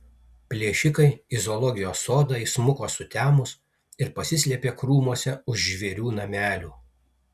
plėšikai į zoologijos sodą įsmuko sutemus ir pasislėpė krūmuose už žvėrių namelių